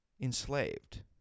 enslaved